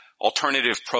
alternative